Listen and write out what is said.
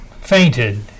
fainted